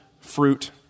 fruit